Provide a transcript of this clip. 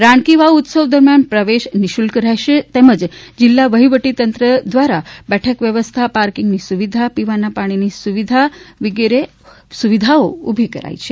રાણકી વાવ ઉત્સવ દરમ્યાન પ્રવેશ નિઃશુલ્ક રહેશે તેમજ જીલ્લા વહીવટીતંત્ર દ્વારા બેઠક વ્યવસ્થા પાર્કિંગની સુવિધા પીવાની પાણીની સુવિધાઓ ઉભી કરવામાં આવી છે